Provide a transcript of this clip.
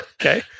Okay